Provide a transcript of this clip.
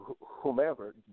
whomever